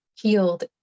healed